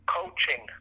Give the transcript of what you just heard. coaching